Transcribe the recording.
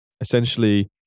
essentially